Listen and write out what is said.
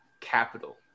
capital